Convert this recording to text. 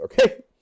okay